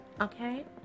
Okay